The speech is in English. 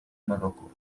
morocco